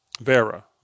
Vera